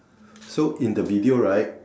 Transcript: so in the video right